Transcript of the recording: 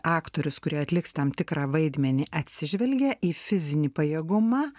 aktorius kurie atliks tam tikrą vaidmenį atsižvelgia į fizinį pajėgumą